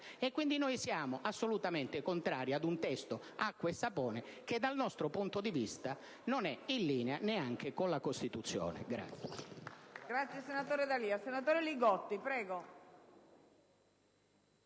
Quindi, siamo assolutamente contrari a un testo acqua e sapone che, dal nostro punto di vista, non è linea neanche con la Costituzione.